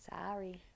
sorry